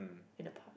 in the park